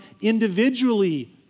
individually